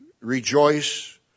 rejoice